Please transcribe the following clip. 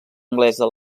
anglesa